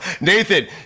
Nathan